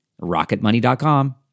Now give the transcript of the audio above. rocketmoney.com